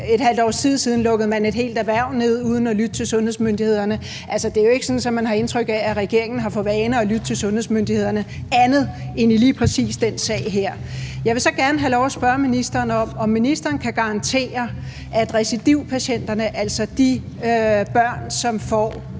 et halvt års tid siden lukkede man et helt erhverv ned uden at lytte til sundhedsmyndighederne. Det er jo ikke sådan, at man har indtryk af, at regeringen har for vane at lytte til sundhedsmyndighederne – ud over i lige præcis den her sag. Jeg vil så gerne have lov at spørge ministeren, om ministeren kan garantere, at recidivpatienterne, altså de børn, som får